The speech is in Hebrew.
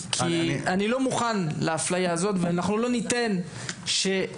כי אני לא מוכן לאפליה הזאת ואנחנו לא ניתן שהורים,